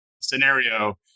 scenario